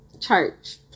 Church